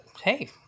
hey